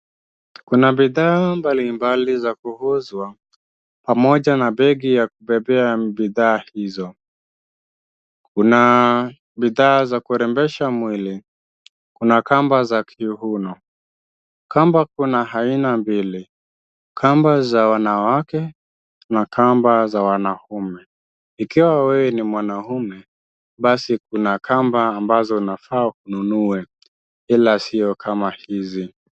Kuna bidhaa mbalimbali za kuuzwa pamoja na begi ya kubebea bidhaa hizo. Kuna bidhaa za kurembesha mwili. Kuna kamba za kijiuno. Kamba kuna aina mbili, kamba za wanawake na kamba za wanaume. Ikiwa wewe ni mwanaume, basi kuna kamba ambazo inafaa ununue, ila sio kama hizi.